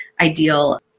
ideal